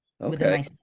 Okay